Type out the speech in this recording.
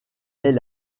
est